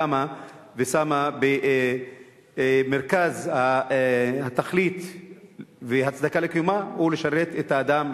שקמה ושמה במרכז התכלית וההצדקה לקיומה לשרת את האדם,